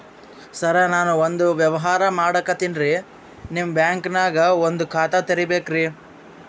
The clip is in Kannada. ಸರ ನಾನು ಒಂದು ವ್ಯವಹಾರ ಮಾಡಕತಿನ್ರಿ, ನಿಮ್ ಬ್ಯಾಂಕನಗ ಒಂದು ಖಾತ ತೆರಿಬೇಕ್ರಿ?